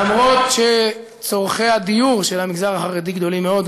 למרות שצורכי הדיור של המגזר החרדי גדולים מאוד,